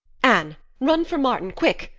anne, run for martin quick,